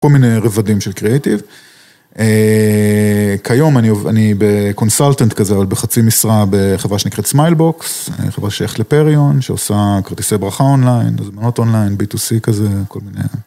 כל מיני רבדים של קריאטיב. כיום אני בקונסלטנט כזה, אבל בחצי משרה בחברה שנקראת סמיילבוקס, חברה שייכת לפריון, שעושה כרטיסי ברכה אונליין, הזמנות אונליין, בי-טו-סי כזה, כל מיני.